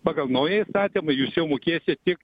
pagal naująjį įstatymą jūs jau mokėsit tik